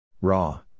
Raw